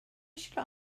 should